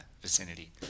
vicinity